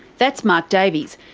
that's mark davies.